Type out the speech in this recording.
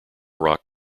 rock